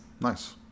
Nice